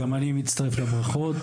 גם אני מצטרף לברכות,